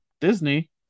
Disney